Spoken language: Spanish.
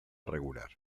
regular